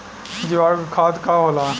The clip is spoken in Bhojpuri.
जीवाणु खाद का होला?